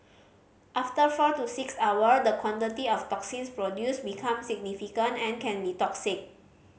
after four to six hour the quantity of toxins produced becomes significant and can be toxic